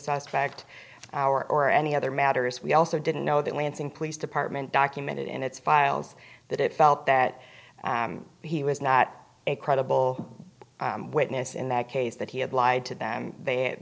suspect our or any other matters we also didn't know that lansing police department documented in its files that it felt that he was not a credible witness in that case that he had lied to them